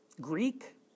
Greek